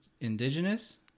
indigenous